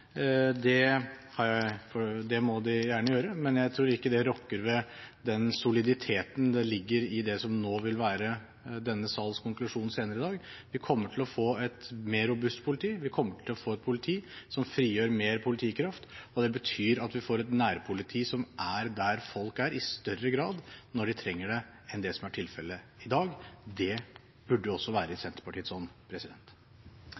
Det må de gjerne gjøre, men jeg tror ikke det rokker ved den soliditeten som ligger i det som vil være denne salens konklusjon senere i dag. Vi kommer til å få et mer robust politi. Vi kommer til å få et politi som frigjør mer politikraft. Det betyr at vi får et nærpoliti som er der folk er i større grad, når de trenger det, enn det som er tilfellet i dag. Det burde også være i Senterpartiets ånd. La meg starte med en saksopplysning etter Lundteigens forrige innlegg. I Fremskrittspartiet er det ikke sånn